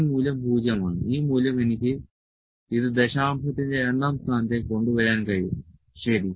ഈ മൂല്യം 0 ആണ് ഈ മൂല്യം എനിക്ക് ഇത് ദശാംശത്തിന്റെ രണ്ടാം സ്ഥാനത്തേക്ക് കൊണ്ടുവരാൻ കഴിയും ശരി